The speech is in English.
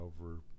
over